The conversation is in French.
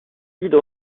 guides